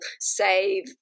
save